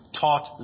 taught